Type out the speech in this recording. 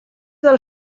del